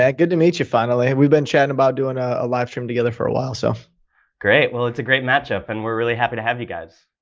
ah good to meet you, finally. we've been chatting about doing a livestream together for a while. so great. well, it's a great matchup. and we're really happy to have you guys.